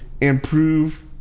improve